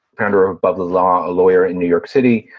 founder of above the law, a lawyer in new york city,